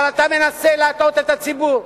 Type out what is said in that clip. אבל אתה מנסה להטעות את הציבור.